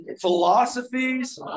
philosophies